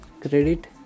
Credit